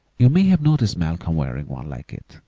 you may have noticed malcolm wearing one like it,